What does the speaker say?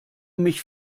mich